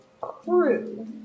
crew